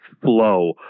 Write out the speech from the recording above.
flow